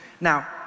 Now